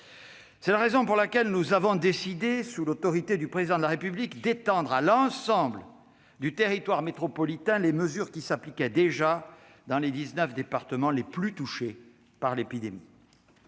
C'est la raison pour laquelle nous avons décidé, sous l'autorité du Président de la République, d'étendre à l'ensemble du territoire métropolitain les mesures qui s'appliquaient déjà dans les 19 départements les plus touchés par l'épidémie.